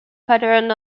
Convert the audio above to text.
patterned